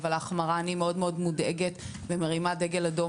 אבל ההחמרה אני מאוד מאוד מודאגת ומרימה דגל אדום,